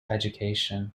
education